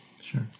Sure